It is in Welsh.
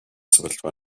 sefyllfa